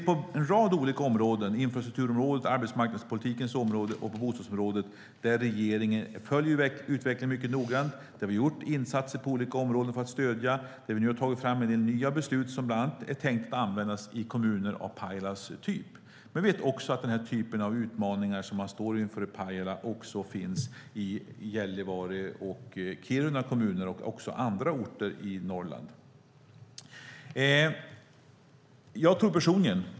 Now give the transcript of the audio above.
På infrastrukturområdet, arbetsmarknadspolitikens område och bostadsområdet följer regeringen noga utvecklingen. Vi har gjort insatser på olika områden för att stödja, och vi har tagit fram en rad nya beslut som är tänkta att användas i kommuner av Pajalas typ. Vi vet att den typ av utmaning som man står inför i Pajala också finns i Gällivare kommun och Kiruna kommun och på andra orter i Norrland.